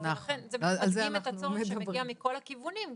בדיוק מדגים את הצורך שמגיע מכל הכיוונים,